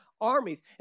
armies